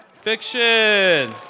Fiction